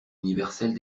universelle